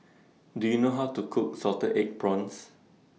Do YOU know How to Cook Salted Egg Prawns